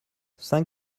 saint